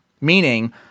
Meaning